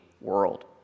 world